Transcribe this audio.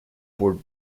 port